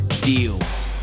deals